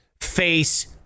face